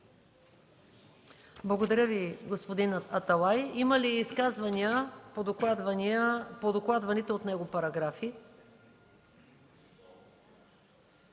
Благодаря Ви, господин Аталай. Има ли изказвания по докладваните от него параграфи?